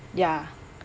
ya